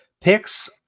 Picks